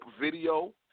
video